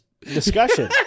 discussion